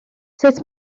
sut